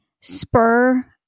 spur